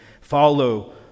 Follow